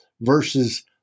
versus